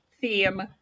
theme